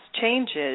changes